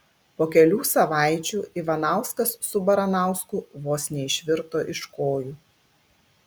po kelių savaičių ivanauskas su baranausku vos neišvirto iš kojų